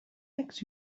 makes